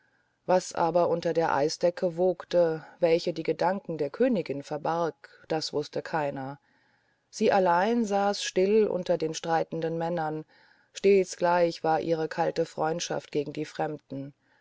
was aber unter der eisdecke wogte welche die gedanken der königin verbarg das wußte keiner sie allein saß still unter den streitenden männern stets gleich war ihre kalte freundschaft gegen die fremden